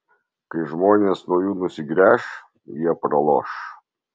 kai žmonės nuo jų nusigręš jie praloš